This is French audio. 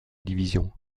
division